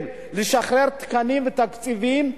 לשחרר תקנים ותקציבים.